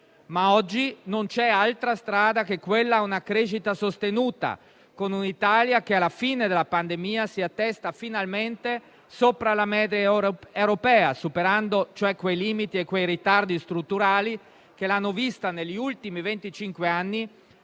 Ma oggi non c'è altra strada che quella di una crescita sostenuta, con un'Italia che, alla fine della pandemia, si attesti finalmente sopra la media europea, superando, cioè, quei limiti e quei ritardi strutturali che ne hanno determinato, negli ultimi